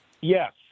Yes